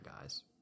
guys